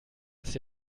ist